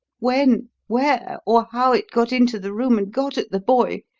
when, where, or how it got into the room and got at the boy,